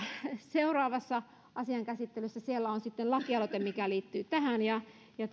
seuraavassa asian käsittelyssä siellä on sitten lakialoite mikä liittyy tähän